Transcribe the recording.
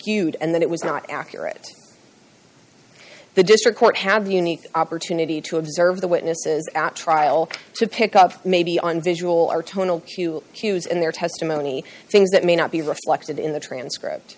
cute and that it was not accurate the district court have unique opportunity to observe the witnesses at trial to pick up maybe on visual are tonal to cues and their testimony things that may not be reflected in the transcript